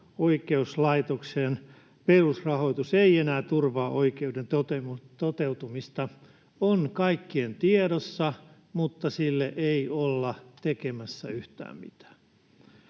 oikeuslaitoksen perusrahoitus ei enää turvaa oikeuden toteutumista, on kaikkien tiedossa mutta sille ei olla tekemässä yhtään mitään.